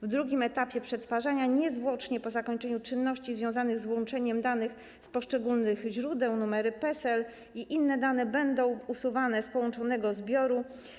W drugim etapie przetwarzania, niezwłocznie po zakończeniu czynności związanych z łączeniem danych z poszczególnych źródeł, numery PESEL i inne dane będą usuwane z połączonego zbioru.